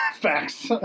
Facts